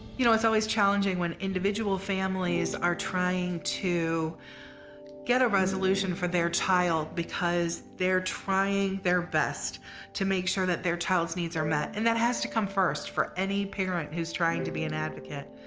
you know it's always challenging when individual families are trying to get a resolution for their child because they're trying their best to make sure that their child's needs are met, and that has to come first for any parent who's trying to be an advocate.